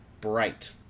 Bright